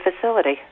facility